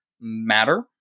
Matter